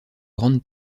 grande